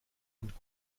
und